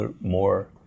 more